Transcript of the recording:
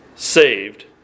saved